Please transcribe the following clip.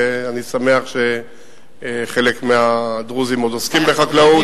ואני שמח שחלק מהדרוזים עוד עוסקים בחקלאות,